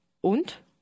Und